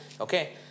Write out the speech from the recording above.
okay